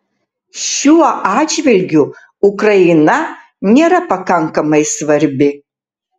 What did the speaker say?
šiuo atžvilgiu ukraina nėra pakankamai svarbi